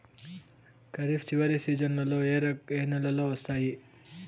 ఖరీఫ్ చివరి సీజన్లలో ఏ నెలలు వస్తాయి?